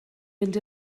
fynd